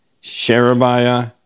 Sherebiah